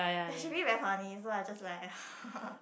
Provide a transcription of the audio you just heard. ya she really very funny so I just like